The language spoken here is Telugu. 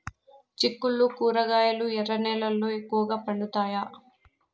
చిక్కుళ్లు కూరగాయలు ఎర్ర నేలల్లో ఎక్కువగా పండుతాయా